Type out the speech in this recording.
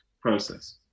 process